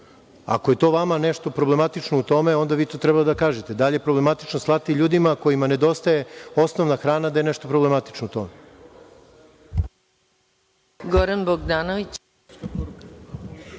Ako je to vama nešto problematično u tome, onda vi to treba da kažete. Da li je problematično slati ljudima kojima nedostaje osnovna hrana? Da li je nešto problematično u tome?